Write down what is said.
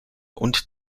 und